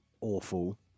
awful